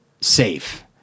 safe